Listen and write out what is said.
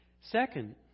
Second